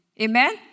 Amen